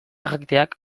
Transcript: jakiteak